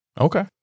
Okay